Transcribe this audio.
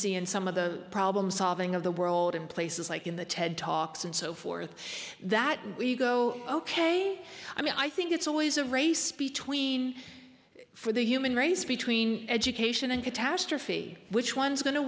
see in some of the problem solving of the world in places like in the ted talks and so forth that we go ok i mean i think it's always a race between for the human race between education and catastrophe which one's go